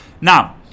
Now